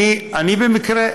אני במקרה,